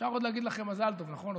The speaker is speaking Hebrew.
אפשר עוד להגיד לכם מזל טוב, נכון?